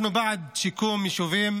אנחנו בעד שיקום יישובים